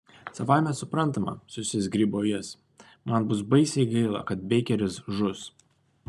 savaime suprantama susizgribo jis man bus baisiai gaila kad beikeris žus